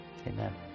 Amen